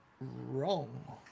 wrong